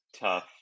tough